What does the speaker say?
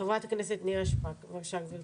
חברת הכנסת נירה שפק, בבקשה גבירתי.